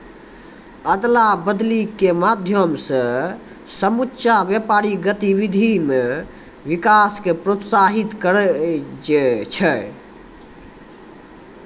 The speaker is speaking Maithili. अदला बदली के माध्यम से समुच्चा व्यापारिक गतिविधि मे विकास क प्रोत्साहित करै छै